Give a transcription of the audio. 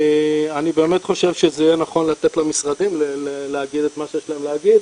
אני באמת חושב שזה יהיה נכון לתת למשרדים להגיד את מה שיש להם להגיד,